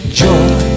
joy